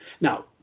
Now